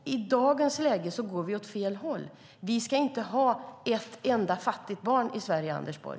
I dagens läge går vi åt fel håll. Vi ska inte ha ett enda fattigt barn i Sverige, Anders Borg.